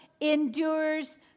endures